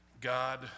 God